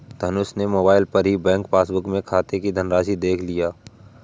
धनुष ने मोबाइल पर ही बैंक पासबुक में खाते की धनराशि देख लिया